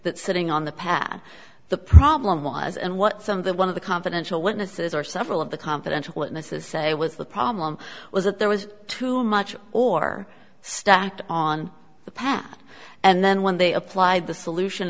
that sitting on the pad the problem was and what some of the one of the confidential witnesses or several of the confidential and i says say was the problem was that there was too much or stacked on the path and then when they applied the solution